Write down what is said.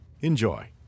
Enjoy